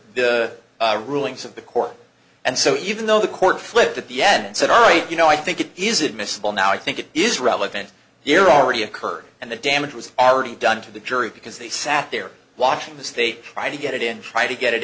the rulings of the court and so even though the court flipped at the end and said all right you know i think it is admissible now i think it is relevant here already occurred and the damage was already done to the jury because they sat there watching the state trying to get it in trying to get it